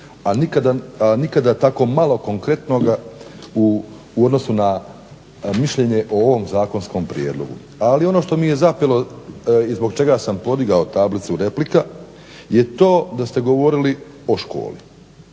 a nikada tako malo konkretnoga u odnosu na mišljenje o ovom zakonskom prijedlogu. Ali ono što mi je zapelo i zbog čega sam podigao tablicu replika je to da ste govorili o školi